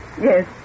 Yes